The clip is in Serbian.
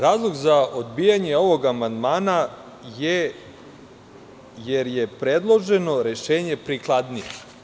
Razlog za odbijanje ovog amandmana glasi - jer je predloženo rešenje prikladnije.